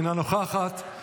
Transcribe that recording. אינה נוכחת,